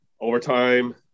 overtime